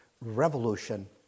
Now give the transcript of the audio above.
revolution